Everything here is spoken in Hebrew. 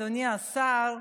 אדוני השר,